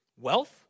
Wealth